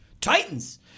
Titans